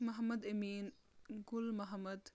Mohammad Amin Gul Mohammad